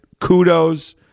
kudos